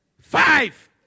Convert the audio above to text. Five